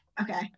Okay